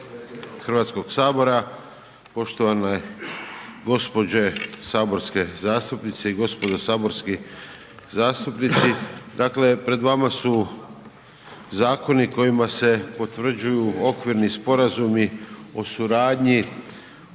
Hrvatskog sabora. Poštovane gospođe saborske zastupnice i gospodo saborski zastupnici. Pred vama su zakoni kojima se potvrđuju Okvirni sporazumi o suradnji